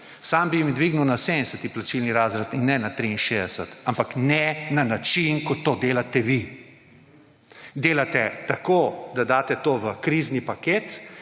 Sam bi jim dvignil na 70. plačilni razred in ne na 63. Ampak ne na način, kot to delate vi. Delate tako, da daste to v krizni paket,